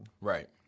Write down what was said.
Right